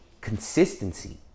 consistency